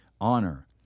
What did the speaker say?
honor